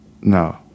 No